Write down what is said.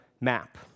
map